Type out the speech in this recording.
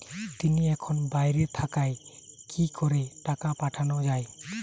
তিনি এখন বাইরে থাকায় কি করে টাকা পাঠানো য়ায়?